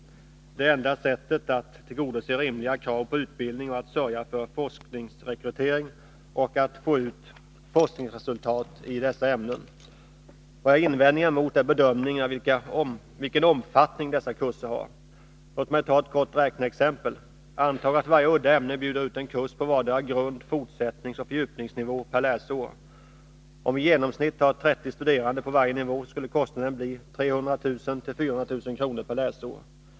Det är enda sättet att tillgodose rimliga krav på utbildning, att sörja för forskningsrekrytering och att få ut forskningsresultat i dessa ämnen. Vad jag har invändningar mot är bedömningen av vilken omfattning dessa kurser har. Låt mig kort ta ett litet räkneexempel. Antag att varje udda ämne bjuder ut en kurs på vardera grund-, fortsättningsoch fördjupningsnivå per läsår. Om vi i genomsnitt har 30 studerande på varje nivå, skulle kostnaden bli 300 000-400 000 kr. per läsår.